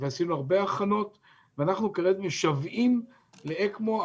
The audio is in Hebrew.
אנחנו כרגע משוועים לאקמו.